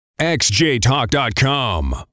XJTalk.com